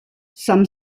some